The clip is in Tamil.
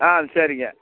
ஆ சரிங்க